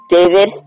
David